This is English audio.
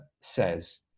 says